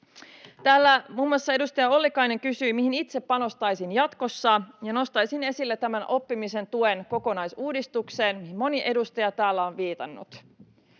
Täällä muun muassa edustaja Ollikainen kysyi, mihin itse panostaisin jatkossa, ja nostaisin esille tämän oppimisen tuen kokonaisuudistuksen, mihin moni edustaja täällä on viitannut.